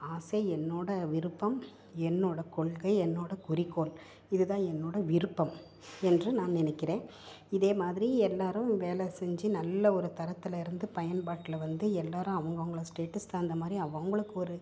ஆசை என்னோடய விருப்பம் என்னோடய கொள்கை என்னோடய குறிக்கோள் இது தான் என்னோடய விருப்பம் என்று நான் நினைக்கிறேன் இதே மாதிரி எல்லோரும் வேலை செஞ்சு நல்ல ஒரு தரத்தில் இருந்து பயன்பாட்டில் வந்து எல்லோரும் அவங்கவுங்கள ஸ்டேட்டஸ் தகுந்த மாதிரி அவங்களுக்கு ஒரு